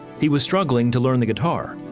he was struggling to learn the guitar,